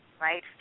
right